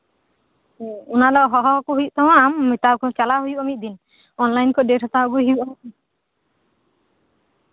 ᱚᱱᱟ ᱦᱚᱦᱚᱣᱟᱠᱚ ᱦᱩᱭᱩᱜ ᱛᱟᱢᱟ ᱟᱢ ᱪᱟᱞᱟᱜ ᱦᱩᱭᱩᱜ ᱛᱟᱢᱟ ᱢᱤᱫ ᱫᱤᱱ ᱚᱱᱞᱟᱭᱤᱱ ᱠᱷᱚᱡ ᱰᱮᱴ ᱦᱟᱛᱟᱣ ᱟᱹᱜᱩᱭ ᱦᱩᱭᱩᱜᱼᱟ